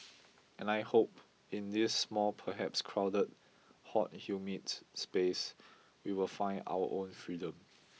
and I hope in this small perhaps crowded hot humid space we will find our own freedom